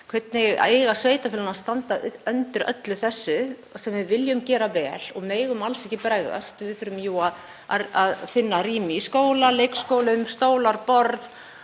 Hvernig eiga sveitarfélögin að standa undir öllu þessu sem við viljum gera vel og megum alls ekki bregðast í? Við þurfum jú að finna rými í skólum, leikskólum, stóla, borð,